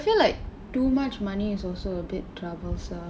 I feel like too much money is also a bit troublesome